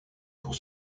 pour